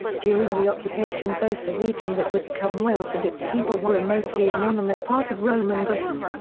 during the occupation both the region that would become wales and its people were a mostly anonymous part of roman britain.